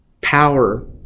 power